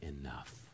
enough